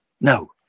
No